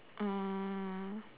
um